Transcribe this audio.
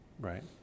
right